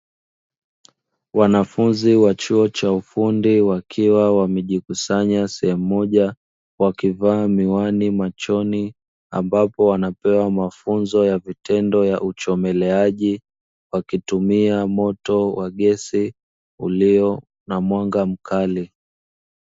Wanafunzi wa chuo cha ufundi wakiwa wamejikusanya sehemu moja wakivaa miwani machoni ambapo wanapewa mafunzo ya vitendo ya uchomeleaji wakitumia moto wa gesi ulio na mwanga mkali